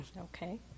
Okay